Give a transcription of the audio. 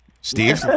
Steve